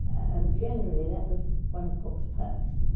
um generally, that was one of cook's perks,